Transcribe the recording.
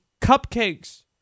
cupcakes